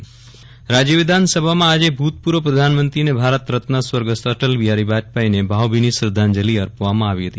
વિરલ રાણા રાજ્ય વિધાનસભા રાજ્ય વિધાનસભામાં આજે ભૂતપૂર્વ પ્રધાનમંત્રી અને ભારત રત્ન સ્વર્ગસ્થ અટલ બિહારી વાજપેયીને ભાવભીની શ્રદ્ધાંજલી અર્પવામાં આવી હતી